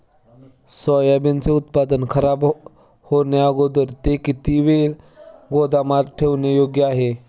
सोयाबीनचे उत्पादन खराब होण्याअगोदर ते किती वेळ गोदामात ठेवणे योग्य आहे?